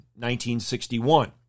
1961